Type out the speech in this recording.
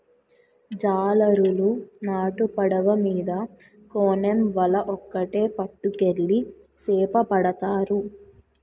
జాలరులు నాటు పడవ మీద కోనేమ్ వల ఒక్కేటి పట్టుకెళ్లి సేపపడతారు